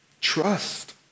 Trust